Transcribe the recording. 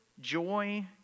Joy